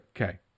okay